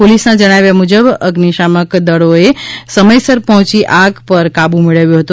પોલીસના જણાવ્યા મુજબ અઝિશામક દળોએ સમયસર પહોંચી આગ પર કાબુ મેળવ્યો હતો